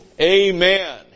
Amen